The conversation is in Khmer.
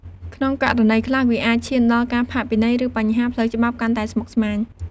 ក្នុងករណីខ្លះ វាអាចឈានដល់ការផាកពិន័យ ឬបញ្ហាផ្លូវច្បាប់កាន់តែស្មុគស្មាញ។